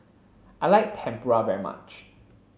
I like Tempura very much